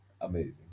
amazing